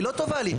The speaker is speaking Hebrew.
היא לא טובה לי.